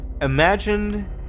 Imagine